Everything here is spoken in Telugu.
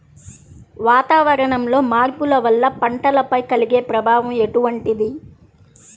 వాతావరణంలో మార్పుల వల్ల పంటలపై కలిగే ప్రభావం ఎటువంటిది?